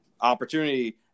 opportunity